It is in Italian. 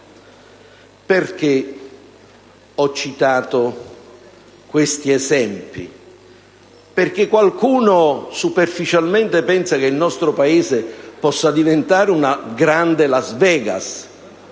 danni. Ho citato questi esempi perché qualcuno superficialmente pensa che il nostro Paese possa diventare una grande Las Vegas.